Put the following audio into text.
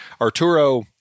Arturo